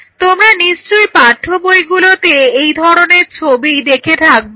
তোমরা নিশ্চয়ই পাঠ্যবইগুলোতে এই ধরনের ছবি দেখে থাকবে